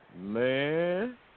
man